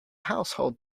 household